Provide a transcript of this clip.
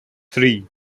three